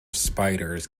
spiders